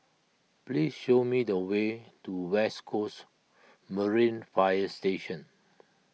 please show me the way to West Coast Marine Fire Station